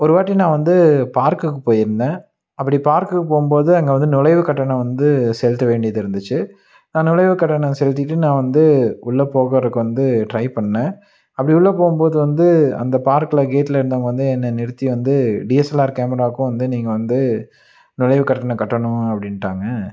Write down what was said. ஒரு வாட்டி நான் வந்து பார்க்குக்கு போயிருந்தேன் அப்படி பார்க்குக்கு போகும்போது அங்கே வந்து நுழைவு கட்டணம் வந்து செலுத்த வேண்டியது இருந்துச்சு நான் நுழைவு கட்டணம் செலுத்திட்டு நான் வந்து உள்ள போகுறதுக்கு வந்து ட்ரை பண்ணேன் அப்படி உள்ள போகும்போது வந்து அந்த பார்க்கில் கேட்டுல இருந்தவங்க வந்து என்னை நிறுத்தி வந்து டிஎஸ்எல்ஆர் கேமராவுக்கும் வந்து நீங்கள் வந்து நுழைவு கட்டணம் கட்டணும் அப்படின்ட்டாங்க